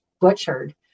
butchered